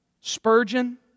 Spurgeon